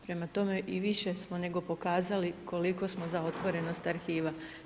Prema tome i više smo nego pokazali koliko smo za otvorenost arhiva.